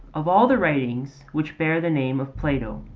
of all the writings which bear the name of plato,